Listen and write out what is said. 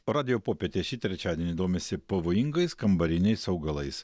radijo popietė šį trečiadienį domisi pavojingais kambariniais augalais